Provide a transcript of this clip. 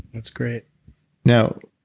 that's great now,